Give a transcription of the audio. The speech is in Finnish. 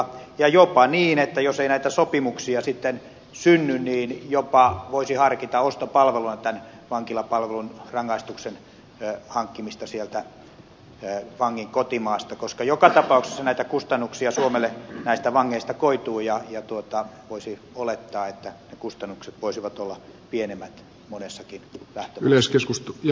voisi olla jopa niin että jos ei näitä sopimuksia sitten synny niin voisi harkita ostopalveluna tämän vankilapalvelun rangaistuksen hankkimista sieltä vangin kotimaasta koska joka tapauksessa näitä kustannuksia suomelle näistä vangeista koituu ja voisi olettaa että kustannukset voisivat olla pienemmät monessakin lähtömaassa